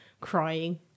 crying